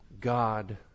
god